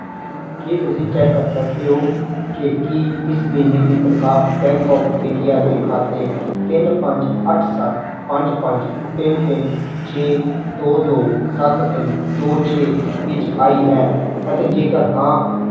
ਕੀ ਤੁਸੀਂ ਚੈੱਕ ਕਰ ਸਕਦੇ ਹੋ ਕਿ ਕੀ ਇਸ ਮਹੀਨੇ ਦੀ ਤਨਖਾਹ ਬੈਂਕ ਆਫ ਇੰਡੀਆ ਦੇ ਖਾਤੇ ਤਿੰਨ ਪੰਜ ਅੱਠ ਸੱਤ ਪੰਜ ਪੰਜ ਤਿੰਨ ਤਿੰਨ ਛੇ ਦੋ ਦੋ ਸੱਤ ਤਿੰਨ ਦੋ ਛੇ ਵਿੱਚ ਆਈ ਹੈ ਅਤੇ ਜੇਕਰ ਹਾਂ